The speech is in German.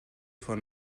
von